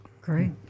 Great